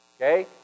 Okay